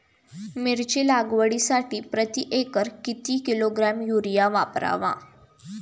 मिरची लागवडीसाठी प्रति एकर किती किलोग्रॅम युरिया वापरावा?